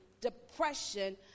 depression